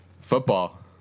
Football